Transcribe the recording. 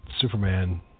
Superman